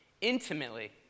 intimately